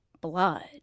blood